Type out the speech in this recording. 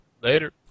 later